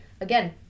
again